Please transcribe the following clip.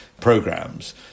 programs